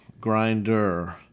grinder